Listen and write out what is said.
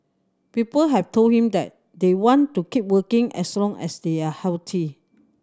people have told him that they want to keep working as long as they are healthy